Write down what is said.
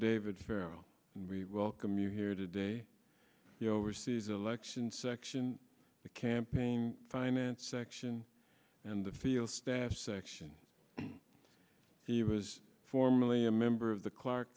david perel we welcome you here today the overseas election section the campaign finance section and the field staff section he was formerly a member of the clark